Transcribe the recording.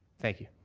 thank you.